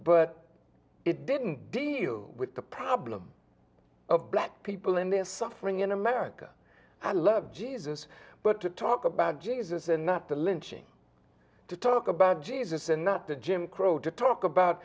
but it didn't deal with the problem of black people and their suffering in america i love jesus but to talk about jesus and not the lynching to talk about jesus and not the jim crow to talk about